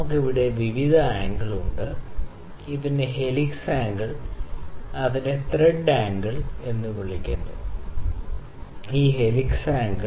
നമുക്ക് ഇവിടെ വിവിധ ആംഗിൾ ഉണ്ട് ഇതിനെ ഹെലിക്സ് ആംഗിൾ ഇതിനെ ത്രെഡ് ആംഗിൾ എന്ന് വിളിക്കുന്നു ഈ ആംഗിൾ ഹെലിക്സ് ആംഗിൾ